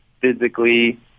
physically